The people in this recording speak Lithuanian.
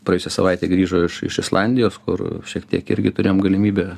praėjusią savaitę grįžo iš iš islandijos kur šiek tiek irgi turėjom galimybę